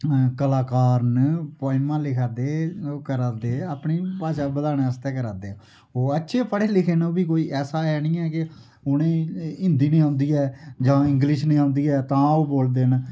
कलाकार न पोइमां लिखा दे ओह् करा दे अपनी भाशा बधाने आस्तै करा दे ओह् अच्छे पढ़े लिखे नओह्बी कोई ऐसा है नेईं के उनेंगी हिंदी नेईं औंदी ऐ जां इंगलिश नेईं औंदी ऐ तां ओह् बोलदे ना